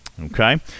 Okay